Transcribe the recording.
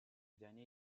dernier